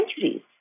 centuries